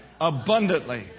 abundantly